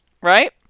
right